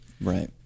Right